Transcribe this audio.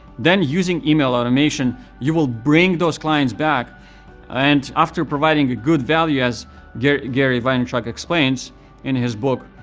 then, using email automation, you will bring those clients back and after providing good value, as gary gary vaynerchuk explains in his book,